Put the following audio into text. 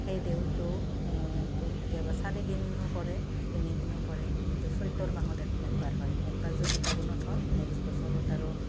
সেই দেউলটো কেতিয়াবা চাৰি দিনো পৰে তিনি দিনো পৰে কিন্তু চৈতৰ মাহত একবাৰ হয় একবাৰ যদি ফাগুণত হ'ল নেক্সট বছৰত আৰু